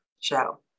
show